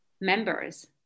members